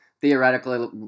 theoretically